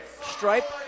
stripe